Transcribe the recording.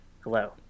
hello